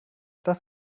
das